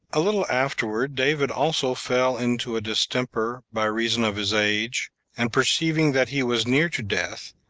a little afterward david also fell into a distemper, by reason of his age and perceiving that he was near to death,